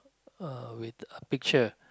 uh with a picture